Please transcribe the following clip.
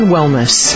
Wellness